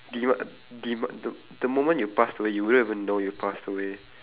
demi~ demi~ the the moment you passed away you won't even know you passed away